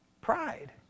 Pride